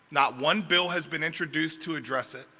not one bill has been introduced to address it.